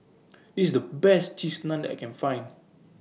This IS The Best Cheese Naan that I Can Find